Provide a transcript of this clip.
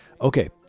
Okay